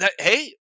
Hey